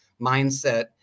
mindset